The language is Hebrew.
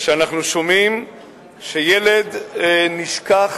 שאנחנו שומעים שילד נשכח